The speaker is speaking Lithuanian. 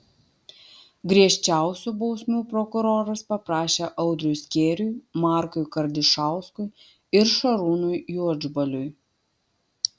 griežčiausių bausmių prokuroras paprašė audriui skėriui markui kardišauskui ir šarūnui juodžbaliui